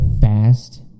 fast